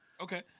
Okay